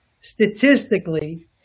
statistically